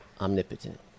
omnipotent